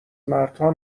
مردها